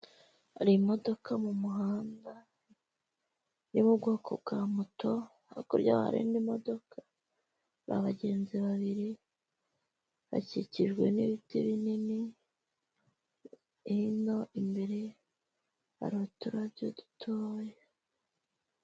Hari imodoka mu muhanda yo mu bwoko bwa moto, hakurya hari indi modoka, abagenzi babiri, bakikijwe n'ibiti binini, hino imbere hari uturabyo dutoya.